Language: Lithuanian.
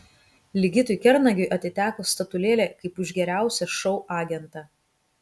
ligitui kernagiui atiteko statulėlė kaip už geriausią šou agentą